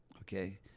okay